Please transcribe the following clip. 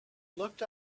looked